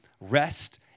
rest